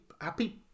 happy